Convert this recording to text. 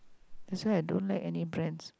that's why I don't like any brands